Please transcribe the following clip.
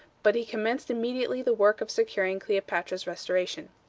but he commenced immediately the work of securing cleopatra's restoration.